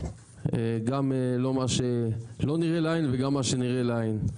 גם לא מה שלא נראה לעין וגם מה שנראה לעין.